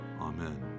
Amen